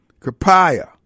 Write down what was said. Capaya